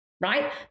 right